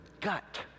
gut